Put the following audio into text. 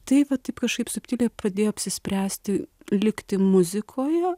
tai vat taip kažkaip subtiliai padėjo apsispręsti likti muzikoje